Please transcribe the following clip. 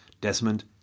Desmond